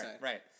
right